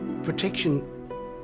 Protection